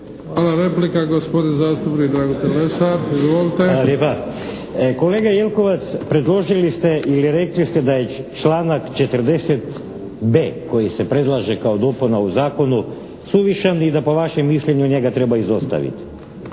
Hvala lijepa. Kolega Jelkovac predložili ste ili rekli ste da je članak 40.b koji se predlaže kao dopuna u zakonu, suvišan i da po vašem mišljenju njega treba izostaviti.